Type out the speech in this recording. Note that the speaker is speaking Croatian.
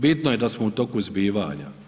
Bitno je da smo u toku zbivanja.